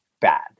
bad